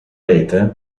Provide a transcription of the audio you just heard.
rete